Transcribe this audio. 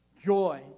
joy